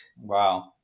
Wow